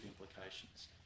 implications